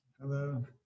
Hello